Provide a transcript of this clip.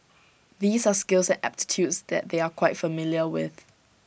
these are skills and aptitudes that they are quite familiar with